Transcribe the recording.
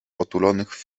otulonych